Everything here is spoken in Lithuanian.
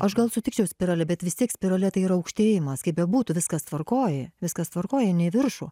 aš gal sutikčiau spirale bet vis tiek spirale tai yra aukštėjimas kaip bebūtų viskas tvarkoj viskas tvarkoj eini į viršų